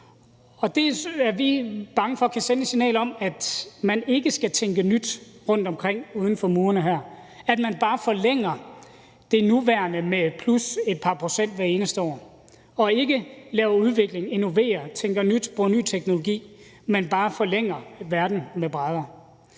det er vi bange for kan sende et signal om, at man ikke skal tænke nyt rundt omkring uden for murene her; at man bare forlænger det nuværende med plus et par procent hvert eneste år og ikke laver udvikling, innoverer, tænker nyt, bruger ny teknologi, men bare forlænger verden med brædder.